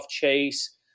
chase